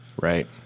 Right